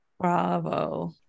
Bravo